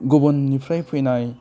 गुबुननिफ्राय फैनाय